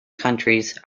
countries